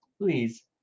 please